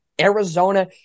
Arizona